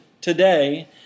today